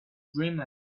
dreamland